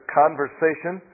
conversation